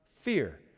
fear